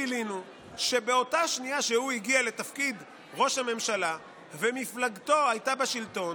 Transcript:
גילינו שבאותה שנייה שהוא הגיע לתפקיד ראש הממשלה ומפלגתו הייתה בשלטון,